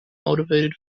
motivated